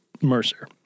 Mercer